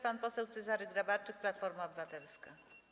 Pan poseł Cezary Grabarczyk, Platforma Obywatelska.